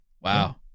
wow